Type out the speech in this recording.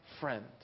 friend